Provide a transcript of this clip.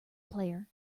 player